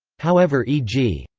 however e g.